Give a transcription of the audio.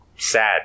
Sad